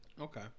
Okay